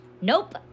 nope